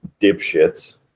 dipshits